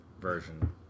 version